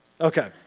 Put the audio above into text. Okay